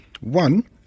One